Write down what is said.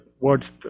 words